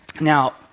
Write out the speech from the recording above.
Now